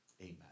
Amen